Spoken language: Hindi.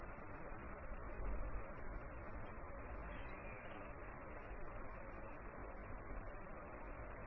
तो इस तरह से यह विशेष power slope method maximum power point tracking कर सकता है